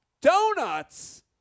donuts